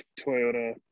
Toyota